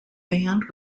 band